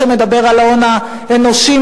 שמדבר על ההון האנושי,